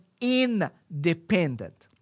independent